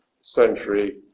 century